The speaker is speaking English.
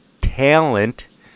TALENT